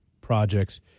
projects